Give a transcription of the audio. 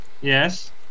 Yes